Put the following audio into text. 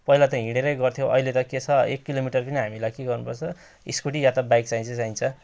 पहिला त हिँडेरै गथ्यौँ अहिले त के छ एक किलोमिटर पनि हामीलाई के गर्नुपर्छ स्कुटी या त बाइक चाहिन्छ चाहिन्छ